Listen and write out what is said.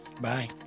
Bye